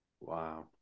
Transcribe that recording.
Wow